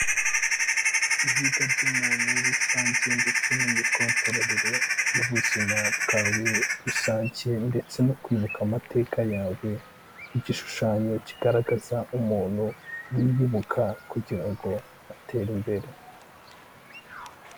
Ihiga ry'umuntu rusange ndetse n'imikontororere y'ubuzima bwawe rusange ndetse no kwibuka amateka yawe n'igishushanyo kigaragaza umuntu winyibuka kugira ngo atere imbere.